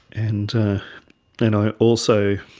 and you know i also